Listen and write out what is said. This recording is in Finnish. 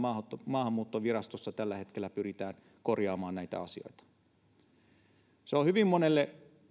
maahanmuuttovirastossa tällä hetkellä pyritään korjaamaan näitä asioita onhan se hyvin monelle